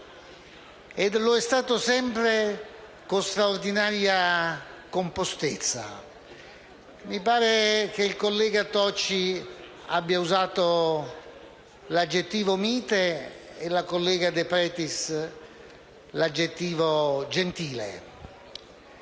e lo è stato sempre con straordinaria compostezza. Mi pare che il collega Tocci abbia usato l'aggettivo «mite» e la collega De Petris l'aggettivo «gentile».